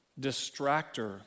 distractor